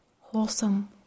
wholesome